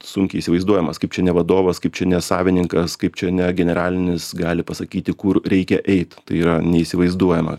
sunkiai įsivaizduojamas kaip čia ne vadovas kaip čia ne savininkas kaip čia ne generalinis gali pasakyti kur reikia eit tai yra neįsivaizduojama